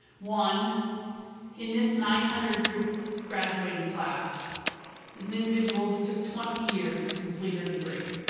one in this nine hundred group graduating class is an individual who took twenty years to complete her degree.